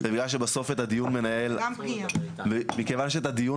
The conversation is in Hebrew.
בגלל שבסוף את הדיון מנהל מכיוון שאת הדיון